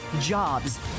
Jobs